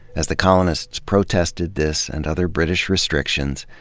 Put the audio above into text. as the colonists protested this and other british restrictions,